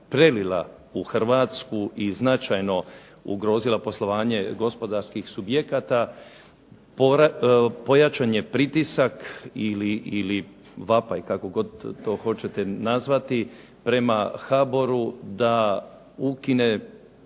prelila u Hrvatsku i značajno ugrozila poslovanje gospodarskih subjekata, pojačan je pritisak ili vapaj kako god to hoćete nazvati prema HBOR-u da ukine